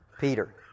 Peter